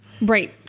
Right